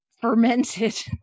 fermented